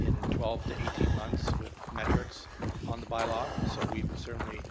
in twelve to eighteen months with metrics on the by law so we would certainly